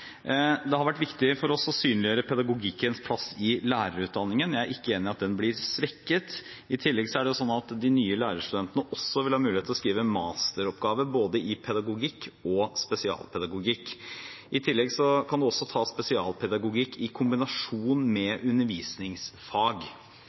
Det har vært viktig for oss å synliggjøre pedagogikkens plass i lærerutdanningen. Jeg er ikke enig i at den blir svekket. I tillegg er det sånn at de nye lærerstudentene vil ha mulighet til å skrive masteroppgave i både pedagogikk og spesialpedagogikk, og man kan også ta spesialpedagogikk i kombinasjon med